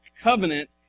covenant